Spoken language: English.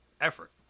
effort